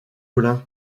collin